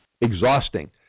exhausting